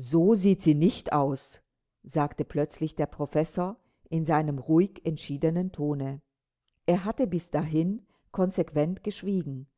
so sieht sie nicht aus sagte plötzlich der professor in seinem ruhig entschiedenen tone er hatte bis dahin konsequent geschwiegen